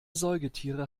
säugetiere